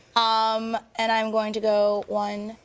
um, and i am going to go one,